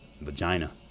vagina